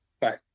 Bye